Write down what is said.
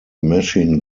machine